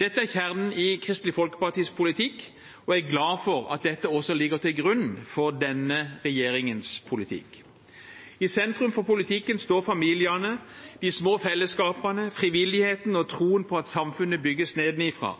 Dette er kjernen i Kristelig Folkepartis politikk, og jeg er glad for at dette også ligger til grunn for denne regjeringens politikk. I sentrum for politikken står familiene, de små fellesskapene, frivilligheten og troen på at samfunnet bygges nedenfra.